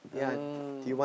oh